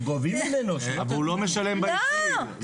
גנבת 100,000 ₪?